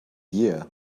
year